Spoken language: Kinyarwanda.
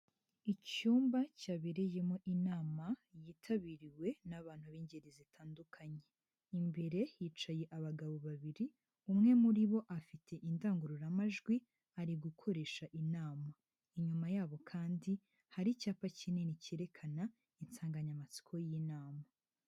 Icyumba cyabereyemo inama yitabiriwe n'abantu b'ingeri zitandukanye, imbere hicaye abagabo babiri umwe muri bo afite indangururamajwi ari gukoresha inama, inyuma yabo kandi hari icyapa kinini cyerekana insanganyamatsiko y'inama.